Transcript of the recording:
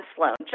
Sloan